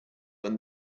when